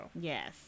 Yes